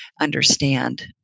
understand